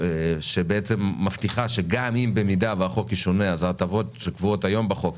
שבעצם מבטיחה שבמידה והחוק ישונה ההטבות שקבועות היום בחוק